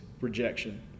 rejection